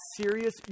serious